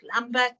Lambert